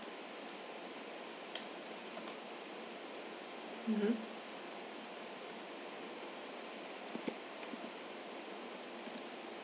mmhmm